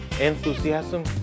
enthusiasm